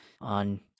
on